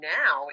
now